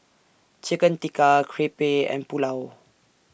Chicken Tikka Crepe and Pulao